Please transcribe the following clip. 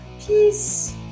Peace